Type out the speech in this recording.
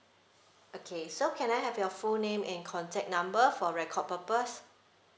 okay so can I have your full name and contact number for record purpose